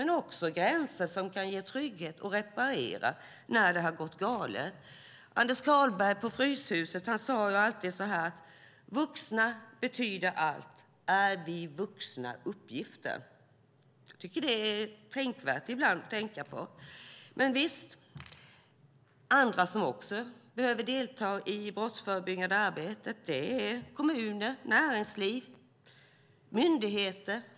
Det ska också vara gränser som kan reparera när det har gått galet. Anders Carlberg på Fryshuset sade alltid att vuxna betyder allt. Är vi vuxna uppgiften? Det är tänkvärt. Visst behöver också andra delta i det brottsförebyggande arbetet, till exempel kommuner, näringsliv och myndigheter.